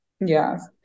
Yes